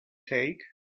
take